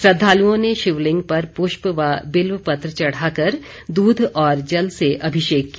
श्रद्वालुओं ने शिवलिंग पर पुष्प व बिल्व पत्र चढ़ाकर दूध और जल से अभिषेक किया